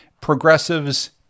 progressives